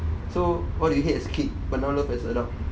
so what do you hate as a kid but now love as a adult